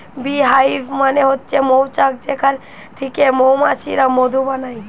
bee hive মানে হচ্ছে মৌচাক যেখান থিকে মৌমাছিরা মধু বানায়